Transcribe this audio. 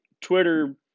Twitter